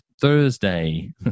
Thursday